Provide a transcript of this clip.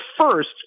first